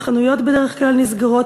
החנויות בדרך כלל נסגרות,